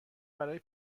برای